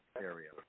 area